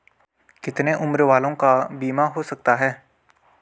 कितने उम्र वालों का बीमा हो सकता है?